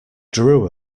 drew